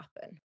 happen